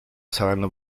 saranno